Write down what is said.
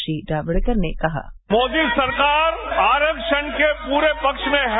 श्री जावड़ेकर ने कहा मोदी सरकार आरक्षण के पूरे पक्ष में है